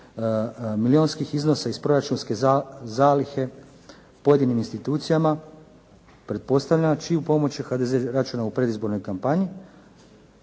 milionskih iznosa iz proračunske zalihe, pojedinim institucijama pretpostavljam čiju pomoć je HDZ računao u predizbornoj kampanji.